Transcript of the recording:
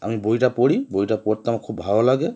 আমি বইটা পড়ি বইটা পড়তে আমার খুব ভাল লাগে